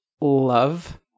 love